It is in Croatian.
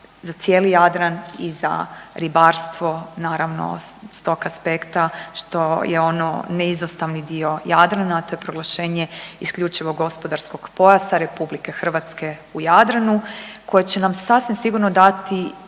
za cijeli Jadran i za ribarstvo, naravno s tog aspekta što je ono neizostavni dio Jadrana, to je proglašenje IGP RH u Jadranu koje će nam sasvim sigurno dati